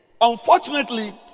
Unfortunately